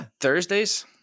Thursdays